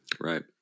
Right